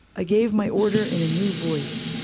i gave my order in a new voice.